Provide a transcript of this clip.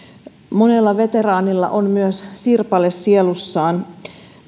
monella veteraanilla on myös sirpale sielussaan